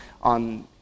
on